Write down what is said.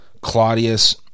Claudius